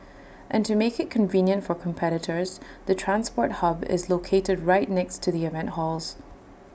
and to make IT convenient for competitors the transport hub is located right next to the event halls